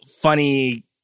funny